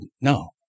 no